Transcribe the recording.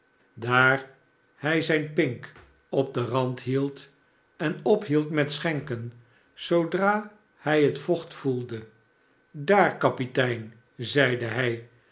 daar hij zijn pink op den rand hield en ophield met schenken zoodra hij het vocht voelde daar kapitein zeide hij